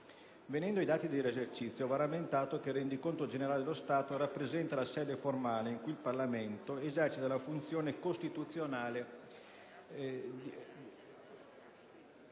Venendo ai dati dell'esercizio, va rammentato che il rendiconto generale dello Stato rappresenta la sede formale in cui il Parlamento esercita la funzione costituzionale